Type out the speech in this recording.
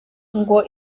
ngo